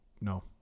No